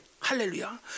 Hallelujah